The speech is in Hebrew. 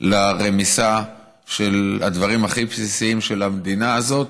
לרמיסה של הדברים הכי בסיסיים של המדינה הזאת,